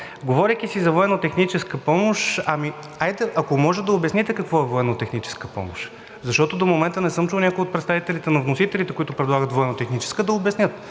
Говорейки си за военнотехническа помощ, ами хайде, ако може, да обясните какво е военнотехническа помощ. Защото до момента не съм чул някой от представителите на вносителите, които предлагат военнотехническа, да обяснят